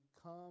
Come